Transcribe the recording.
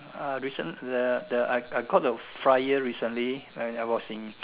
uh recent the the uh I I got the flyer recently and I was in